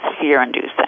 fear-inducing